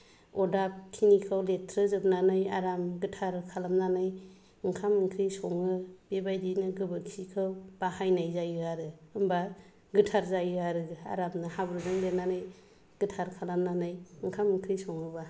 अरदाब खिनिखौ लिरथ्रोजोबनानै आराम गोथार खालामनानै ओंखाम ओंख्रि सङो बेबायदिनो गोबोरखिखौ बाहायनाय जायो आरो होमबा गोथार जायो आरो आरामनो हाब्रुजों लिरनानै गोथार खालामनानै ओंखाम ओंख्रि सङोबा